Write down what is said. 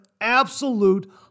absolute